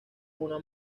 una